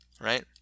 right